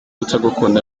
utagukunda